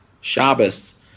Shabbos